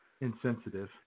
Insensitive